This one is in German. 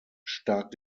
stark